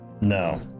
No